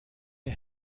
der